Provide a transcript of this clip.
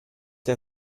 der